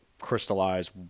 crystallize